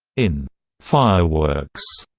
in fireworks,